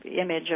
image